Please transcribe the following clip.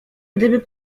gdyby